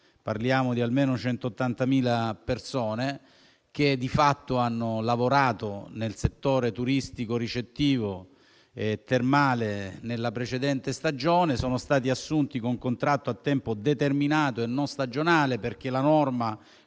parliamo di almeno 180.000 persone che di fatto hanno lavorato nel settore turistico-ricettivo e termale nella precedente stagione, sono state assunte con contratto a tempo determinato e non stagionale - perché la norma